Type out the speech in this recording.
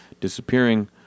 disappearing